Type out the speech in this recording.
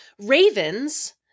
Ravens